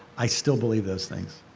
i still believe those things.